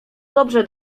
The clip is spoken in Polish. dobrze